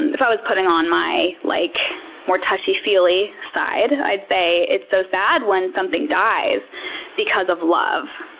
and if i was putting on my like more touchy-feely side, i'd say it's so sad when something dies because of love.